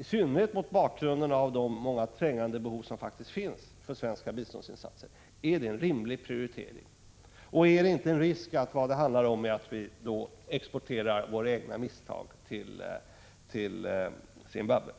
i synnerhet mot bakgrund av de många trängande behov som faktiskt finns av svenska biståndsinsatser — fråga oss: Är detta en rimlig prioritering? Finns det inte en risk för att vi exporterar våra egna misstag till Zimbabwe?